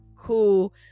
cool